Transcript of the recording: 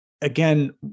again